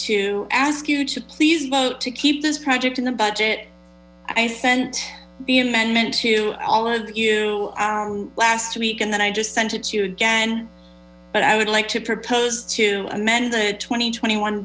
to ask you to please vote to keep this project in the budget i sent the amendment to all of you last week and then i just sent you again but i would like to propose to amend twenty twenty one